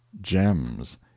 gems